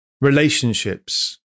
relationships